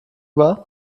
war